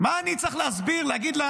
מה אני צריך להסביר, להגיד?